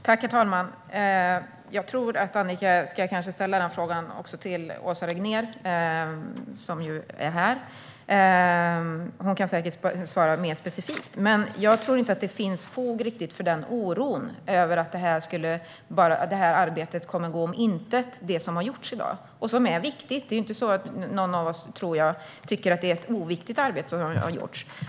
Herr talman! Jag tror att Annika ska ställa den frågan också till Åsa Regnér, som ju är här. Hon kan säkert svara mer specifikt. Jag tror inte att det finns fog för oron att det arbete som har gjorts ska gå om intet. Det arbetet är viktigt. Jag tror inte att någon av oss tycker att det är ett oviktigt arbete som har gjorts.